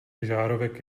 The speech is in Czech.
žárovek